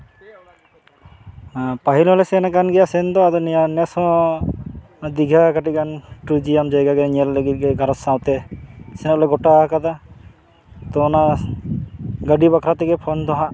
ᱯᱟ ᱦᱤᱞ ᱦᱚᱸᱞᱮ ᱥᱮᱱᱟᱠᱟᱱ ᱜᱮᱭᱟ ᱥᱮᱱ ᱫᱚ ᱟᱫᱚ ᱱᱤᱭᱟᱹ ᱱᱮᱥ ᱦᱚᱸ ᱫᱤᱜᱷᱟᱹ ᱠᱟᱹᱴᱤᱡ ᱜᱟᱱ ᱴᱩᱨᱤᱡᱚᱢ ᱡᱟᱭᱜᱟ ᱜᱮ ᱧᱮᱞ ᱞᱟᱹᱜᱤᱫ ᱥᱟᱶᱛᱮ ᱥᱮᱱᱚᱜ ᱞᱮ ᱜᱚᱴᱟᱣ ᱠᱟᱫᱟ ᱛᱚ ᱚᱱᱟ ᱜᱟᱹᱰᱤ ᱵᱟᱠᱷᱨᱟ ᱛᱮᱜᱮ ᱯᱷᱳᱱ ᱫᱚ ᱦᱟᱸᱜ